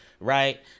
Right